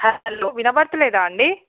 hello వినబడటం లేదా అండి